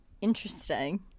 interesting